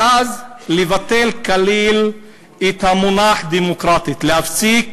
ואז לבטל כליל את המונח "דמוקרטית" להפסיק